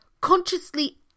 consciously